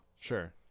Sure